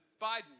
Biden